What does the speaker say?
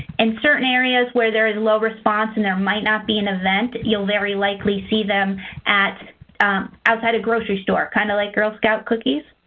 in certain areas where there's a low response and there might not be an event, you'll very likely see them at outside a grocery store, kind of like girl scout cookies.